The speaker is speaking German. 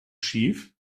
schief